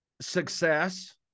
success